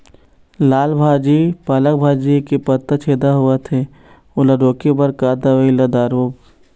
लाल भाजी पालक भाजी के पत्ता छेदा होवथे ओला रोके बर का दवई ला दारोब?